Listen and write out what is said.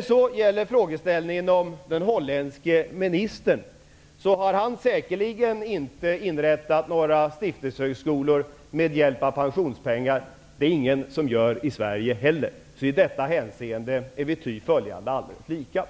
Så till frågeställningen om den holländske ministern. Han har säkerligen inte inrättat några stiftelsehögskolor med hjälp av pensionspengar. Det är det ingen som gör i Sverige heller, så i detta hänseende är vi alldeles lika.